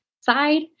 side